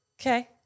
Okay